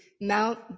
Mount